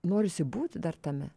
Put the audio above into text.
norisi būti dar tame